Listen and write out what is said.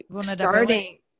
starting